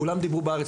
כולם דיברו בארץ,